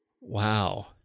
Wow